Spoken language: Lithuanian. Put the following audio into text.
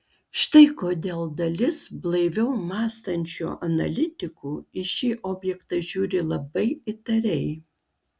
štai kodėl dalis blaiviau mąstančių analitikų į šį objektą žiūri labai įtariai